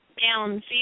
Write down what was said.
down